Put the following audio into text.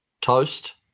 Toast